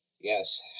yes